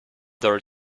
door